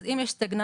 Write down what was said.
אז אם יש סטגנציה,